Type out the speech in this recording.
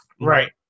Right